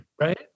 Right